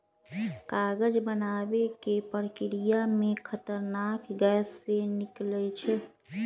कागज बनाबे के प्रक्रिया में खतरनाक गैसें से निकलै छै